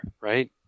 right